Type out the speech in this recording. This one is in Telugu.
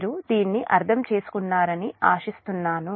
మీరు దీన్ని అర్థం చేసుకున్నారని ఆశిస్తున్నాను